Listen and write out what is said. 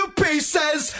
pieces